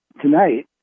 Tonight